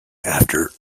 after